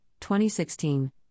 2016